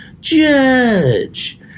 judge